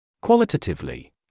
Qualitatively